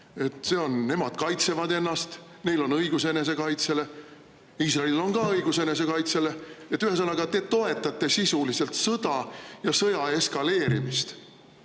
teha, nemad kaitsevad ennast, neil on õigus enesekaitsele. Iisraelil on ka õigus enesekaitsele. Ühesõnaga, te toetate sisuliselt sõda ja sõja eskaleerimist.